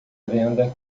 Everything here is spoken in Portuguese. venda